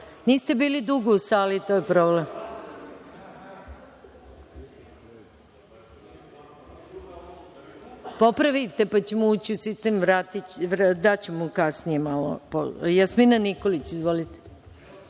Niste bili dugo u sali, to je problem. Popravite pa ćemo ući u sistem. Daću vam kasnije malo reč. Reč ima Jasmina Nikolić. Izvolite.